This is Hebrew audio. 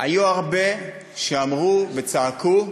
היו הרבה שאמרו וצעקו: